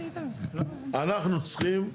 אנחנו צריכים,